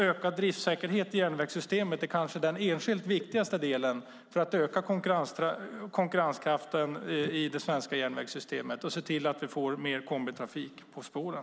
Ökad driftsäkerhet i järnvägssystemet är kanske den enskilt viktigaste delen för att öka konkurrenskraften i det svenska järnvägssystemet och se till att vi får mer kombitrafik på spåren.